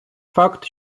факт